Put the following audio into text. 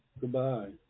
Goodbye